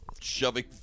shoving